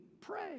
pray